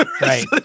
Right